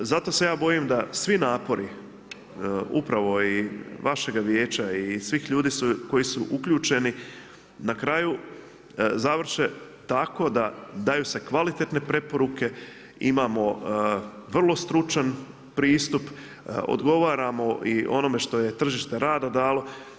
Zato se ja bojim da svi napori upravo i vašega vijeća i svih ljudi koji su uključeni na kraju završe tako da daju se kvalitetne preporuke, imamo vrlo stručan pristup, odgovaramo i onome što je tržište rada dalo.